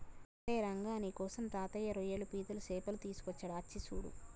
ఓరై రంగ నీకోసం తాతయ్య రోయ్యలు పీతలు సేపలు తీసుకొచ్చాడు అచ్చి సూడు